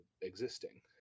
existing